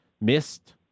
missed